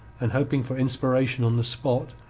and hoping for inspiration on the spot,